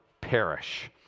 perish